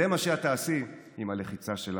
זה מה שאת תעשי עם הלחיצה שלך.